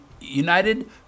United